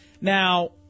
Now